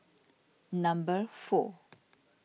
number four